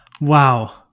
Wow